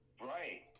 Right